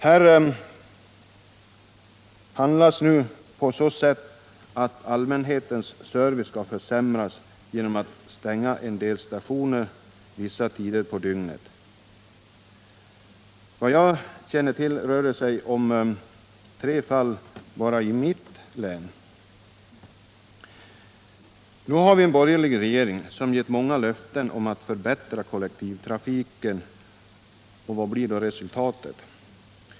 Här handlas nu på så sätt att allmänhetens service skall försämras genom att man stänger en del stationer vissa tider på dygnet. Vad jag känner till rör det sig om tre fall bara i mitt eget län. Nu har vi en borgerlig regering som gett många löften om att förbättra kollektivtrafiken, och vad blir resultatet?